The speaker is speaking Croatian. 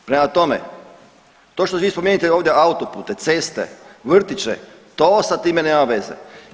Prema tome, to što vi spominjete ovdje autopute, ceste, vrtiće, to sa time nema veze.